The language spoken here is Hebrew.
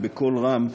ובקול רם,